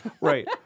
Right